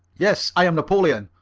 yes, i am napoleon.